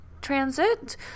transit